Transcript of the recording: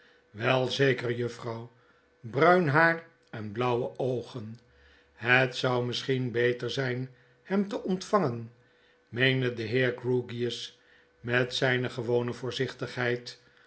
wel zeker juffrouw bruin haar enblauwe oogen het zou misschien beter zgn hem te ontvangen meende de heer grewgious met zgne gewone voorzichtigheid